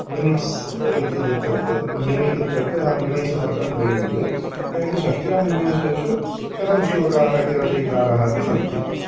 minutes इति यदुच्यते minute इत्यर्थे अहं निमेषशब्दं प्रयुञ्ज्ये एवञ्च षष्ट्यां निमेषु शतं श्लोकाः इति रचयितारः अपि सन्ति